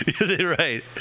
Right